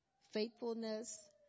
faithfulness